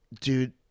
Dude